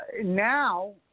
Now